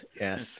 Yes